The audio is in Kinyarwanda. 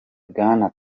bwana